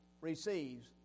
receives